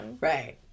Right